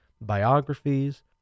biographies